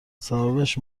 سببش